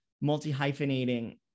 multi-hyphenating